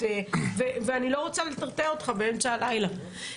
ואני לא רוצה לטרטר אותך באמצע הלילה.